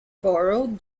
borrowed